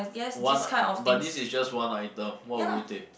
one lah but this is just one item what would you take